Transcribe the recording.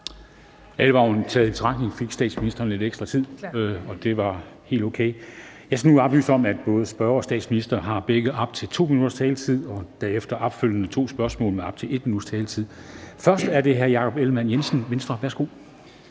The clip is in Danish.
Alvoren taget i betragtning fik statsministeren lidt ekstra taletid, og det var helt okay. Jeg skal oplyse om, at både spørgeren og statsministeren begge har op til 2 minutters taletid og derefter to opfølgende spørgsmål med op til 1 minuts taletid. Først er det hr. Jakob Ellemann-Jensen, Venstre. Værsgo.